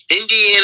Indiana